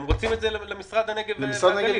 הם רוצים את זה למשרד הנגב והגליל.